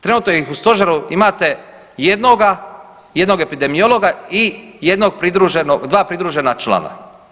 Trenutno ih u Stožeru imate jednoga, jednog epidemiologa i jednog .../nerazumljivo/... dva pridružena člana.